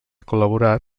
col·laborat